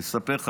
אני אספר לך,